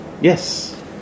Yes